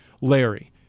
Larry